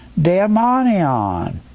daemonion